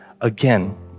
again